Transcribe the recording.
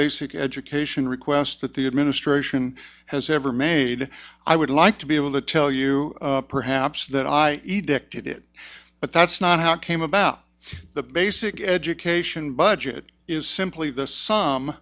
basic education request that the administration has ever made i would like to be able to tell you perhaps that i edict it but that's not how it came about the basic education budget is simply